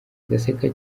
ndaseka